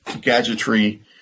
gadgetry